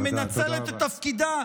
שמנצלת את תפקידה,